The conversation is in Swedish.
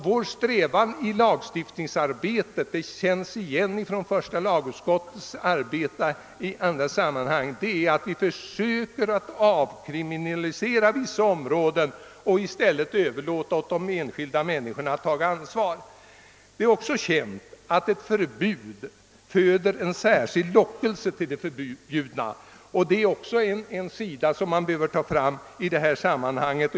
Vår strävan i lagstiftningen — den känns igen från första lagutskottets arbete i andra sammanhang — är att försöka avkriminalisera vissa områden och i stället överlåta åt de enskilda människorna att ta ansvar. Det är även känt att ett förbud föder en särskild lockelse till det förbjudna, och det är också en sida som bör beaktas i detta sammanhang.